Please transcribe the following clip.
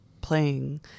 playing